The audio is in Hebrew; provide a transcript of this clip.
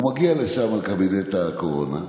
הוא מגיע לשם, לקבינט הקורונה,